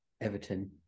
Everton